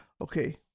Okay